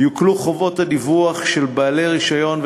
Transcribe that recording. יוקלו חובות הדיווח של בעלי רישיון,